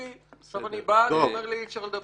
שאלתי, עכשיו אני בא ואתה אומר לי שאי אפשר לדבר.